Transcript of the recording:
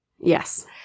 Yes